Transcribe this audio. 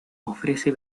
ofrece